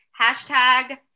Hashtag